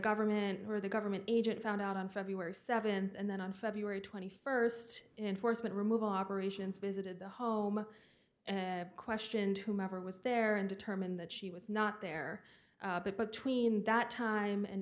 government or the government agent found out on february seventh and then on february twenty first in foresman removal operations visited the home and questioned whomever was there and determined that she was not there but between that time